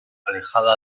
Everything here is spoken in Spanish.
alejada